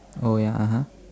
oh ya (uh huh)